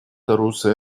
тарусы